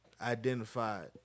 identified